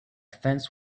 fence